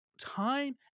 time